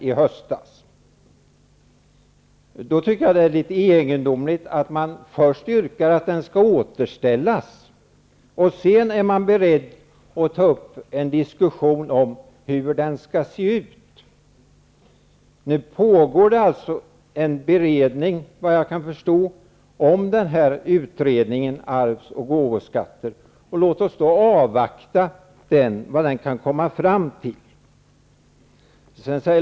Därför tycker jag att det är litet egendomligt att man först yrkar att den skall återställas och sedan är beredd att ta upp en diskussion om hur den skall se ut. Såvitt jag förstår pågår det en beredning om utredningen om arvs och gåvoskatter. Låt oss därför avvakta vad den kan komma fram till.